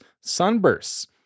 sunbursts